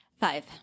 Five